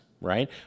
right